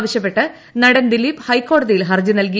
ആവശ്യപ്പെട്ട് നടൻ ദ്രില്ലീപ് ഹൈക്കോടതിയിൽ ഹർജി നൽകി